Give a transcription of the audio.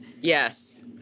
Yes